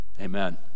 Amen